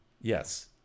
Yes